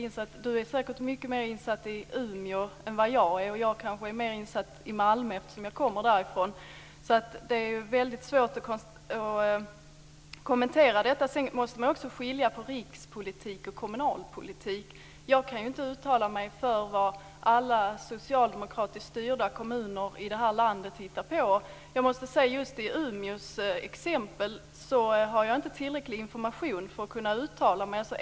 Gunilla Tjernberg är säkert mycket mer insatt i hur det är i Umeå än vad jag är, och jag är kanske mer insatt i hur det är i Malmö eftersom jag kommer därifrån. Det är väldigt svårt att kommentera detta. Sedan måste man också skilja på rikspolitik och kommunalpolitik. Jag kan inte uttala mig om vad alla socialdemokratiskt styrda kommuner i detta land hittar på. Jag måste säga att jag inte har tillräcklig information om just exemplet Umeå för att kunna uttala mig.